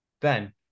Ben